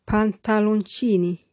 Pantaloncini